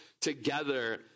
together